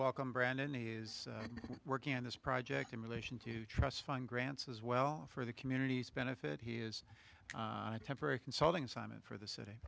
welcome brandon is working on this project in relation to trust fund grants as well for the communities benefit he is a temporary consulting simon for the city